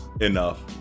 enough